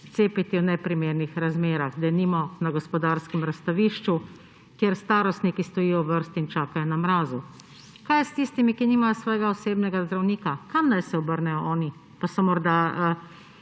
cepiti v neprimernih razmerah, denimo na Gospodarskem razstavišču, kjer starostniki stojijo v vrsti in čakajo na mrazu. Kaj je s tistimi, ki nimajo svojega osebnega zdravnika? Kam se obrnejo oni? Pa so morda